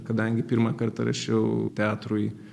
kadangi pirmą kartą rašiau teatrui